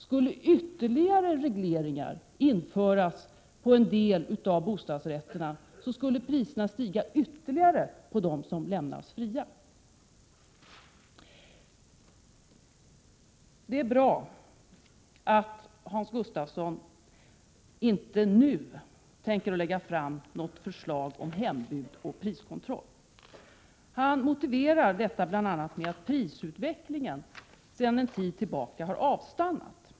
Skulle ytterligare regleringar införas för en del av bostadsrätterna, skulle priserna stiga ytterligare på dem som lämnas fria. Det är bra att Hans Gustafsson inte nu tänker lägga fram något förslag om hembud och priskontroll. Han motiverar detta bl.a. med att den snabba prisutvecklingen sedan en tid tillbaka har avstannat.